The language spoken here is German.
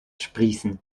sprießen